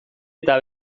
eta